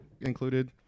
included